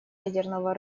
ядерного